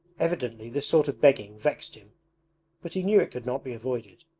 evidently this sort of begging vexed him but he knew it could not be avoided.